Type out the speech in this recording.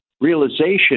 realization